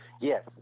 Yes